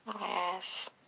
Yes